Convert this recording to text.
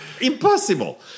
impossible